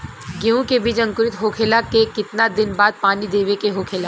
गेहूँ के बिज अंकुरित होखेला के कितना दिन बाद पानी देवे के होखेला?